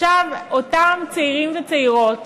אותם צעירים וצעירות,